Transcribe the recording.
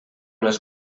les